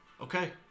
Okay